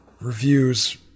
reviews